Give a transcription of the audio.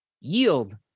yield